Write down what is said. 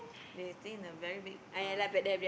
they seen a very big uh